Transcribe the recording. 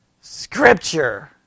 Scripture